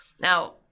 Now